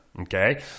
Okay